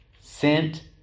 sent